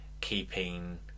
keeping